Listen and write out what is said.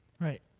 Right